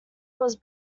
was